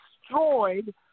destroyed